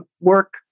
work